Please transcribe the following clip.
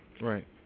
Right